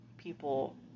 people